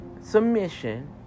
submission